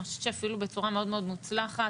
אני חושבת שאפילו בצורה מאוד מוצלחת,